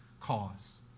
cause